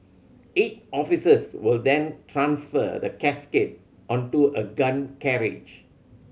eight officers will then transfer the casket onto a gun carriage